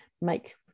make